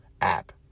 app